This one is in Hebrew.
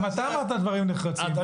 גם אתה אמרת דברים נחרצים.